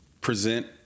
present